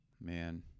Man